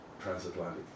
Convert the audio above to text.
transatlantic